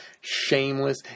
Shameless